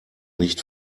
nicht